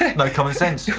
no common sense.